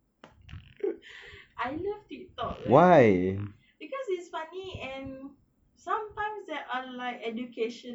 I love tiktok eh because it's funny and sometimes there are like education